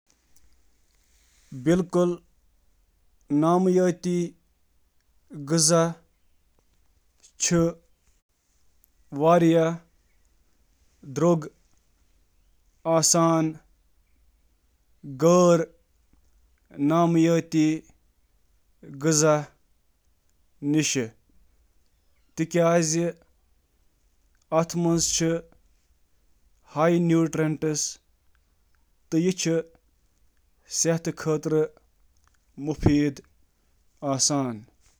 نامیٲتی سبزی ہیٚکن زیادٕ قۭمتس لایق ٲسِتھ تِکیازِ تِم چھِ واریاہ فٲیدٕ پیش کران، بشمول ۔ صحتُک ذائقہٕ، پٲئیدٲری تہٕ باقی۔